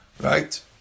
Right